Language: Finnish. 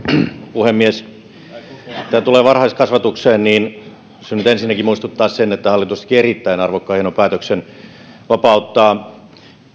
puhemies mitä tulee varhaiskasvatukseen haluaisin ensinnäkin muistuttaa että hallitus teki erittäin arvokkaan ja hienon päätöksen vapauttaa